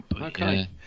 Okay